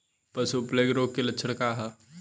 पशु प्लेग रोग के लक्षण का ह?